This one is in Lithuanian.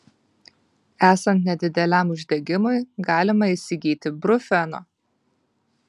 esant nedideliam uždegimui galima įsigyti brufeno